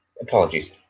apologies